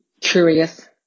curious